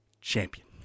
champion